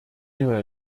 ihre